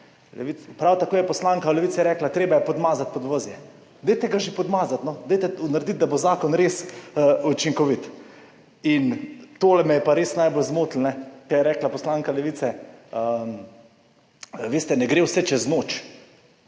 Prav tako je poslanka Levice rekla, treba je podmazati podvozje. Dajte ga že podmazati, dajte narediti, da bo zakon res učinkovit. In to me je pa res najbolj zmotilo, ko je rekla poslanka Levice, veste, ne gre vse čez noč.